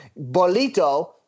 Bolito